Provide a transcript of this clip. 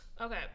okay